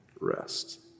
rest